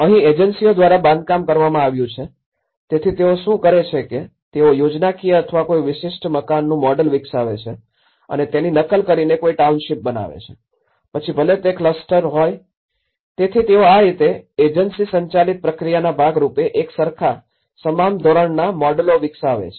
અહીં એજન્સીઓ દ્વારા બાંધકામ કરવામાં આવ્યું છે તેથી તેઓ શું કરે છે કે તેઓ યોજનાકીય અથવા કોઈ વિશિષ્ટ મકાનનું મોડેલ વિકસાવે છે અને તેની નકલ કરીને કોઈ ટાઉનશીપ બનાવે છે પછી ભલે તે ક્લસ્ટર છે તેથી તેઓ આ રીતે એજન્સી સંચાલિત પ્રક્રિયાના ભાગ રૂપે એક સરખા સમાન ધોરણના મોડેલ વિકસાવે છે